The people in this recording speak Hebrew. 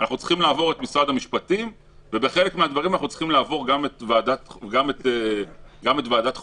אנחנו צריכים לעבור את משרד המשפטים ובחלק מהמקרים גם את ועדת החוקה.